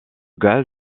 gaz